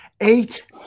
Eight